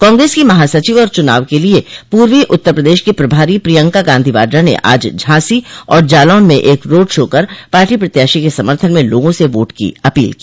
कांग्रेस की महासचिव और चुनाव के लिये पूर्वी उत्तर प्रदेश की प्रभारी प्रियंका गांधी वाड्रा ने आज झांसी और जालौन में रोड शो कर पार्टी प्रत्याशी के समर्थन में लोगों से वोट की अपील की